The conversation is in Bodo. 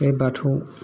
बे बाथौ